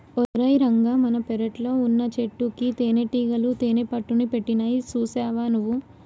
ఓరై రంగ మన పెరట్లో వున్నచెట్టుకి తేనటీగలు తేనెపట్టుని పెట్టినాయి సూసావా నువ్వు